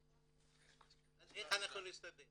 אז איך אנחנו נסתדר?